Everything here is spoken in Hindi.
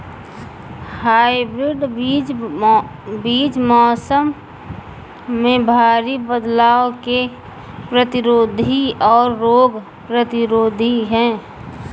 हाइब्रिड बीज मौसम में भारी बदलाव के प्रतिरोधी और रोग प्रतिरोधी हैं